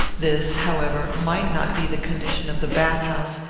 this, however, might not be the condition of the bath-house,